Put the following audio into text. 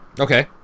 Okay